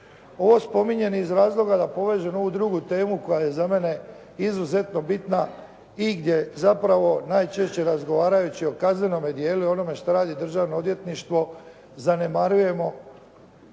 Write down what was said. Ovo spominjem iz razloga da povežem ovu drugu temu koja je za mene izuzetno bitna i gdje zapravo najčešće razgovarajući o kaznenom dijelu i o onome što radi državno odvjetništvo, zanemarujemo